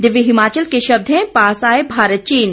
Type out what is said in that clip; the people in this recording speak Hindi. दिव्य हिमाचल के शब्द हैं पास आएं भारत चीन